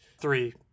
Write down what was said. three